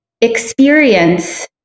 experience